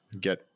Get